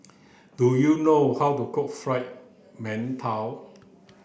do you know how to cook fried Mantou